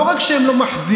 לא רק שהם לא מחזירים,